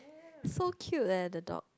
so cute eh the dog